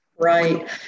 Right